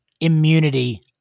immunity